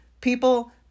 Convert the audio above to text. People